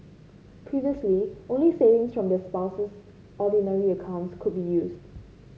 previously only savings from their spouse's Ordinary accounts could be used